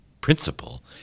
principle